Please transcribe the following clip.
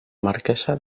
marquesa